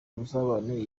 ubusabane